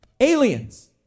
Aliens